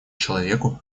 человеку